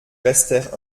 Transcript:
restèrent